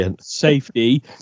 safety